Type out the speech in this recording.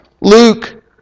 Luke